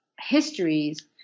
histories